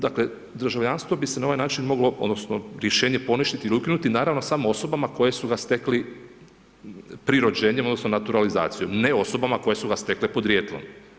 Dakle državljanstvo bi se na ovaj način moglo, odnosno rješenje poništiti ili ukinuti, naravno samo osobama koje su ga stekli pri rođenjem odnosno naturalizacijom, ne osobama koje su ga stekle podrijetlom.